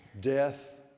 death